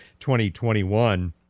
2021